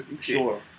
sure